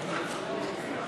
הוראת השעה.